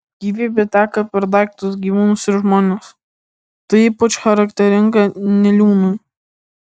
gyvybė teka per daiktus gyvūnus ir žmones tai ypač charakteringa niliūnui